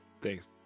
thanks